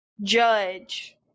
judge